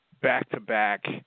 back-to-back